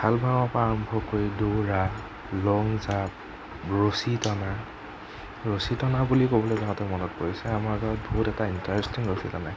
খাল ভাংৰ পৰা আৰম্ভ কৰি দৌৰা লং জাপ ৰচি টনা ৰচি টনা বুলি ক'বলৈ যাওঁতে মনত পৰিছে আমাৰ গাওঁৰ বহুত এটা ইন্টাৰেষ্টিং ৰচী টনা খেল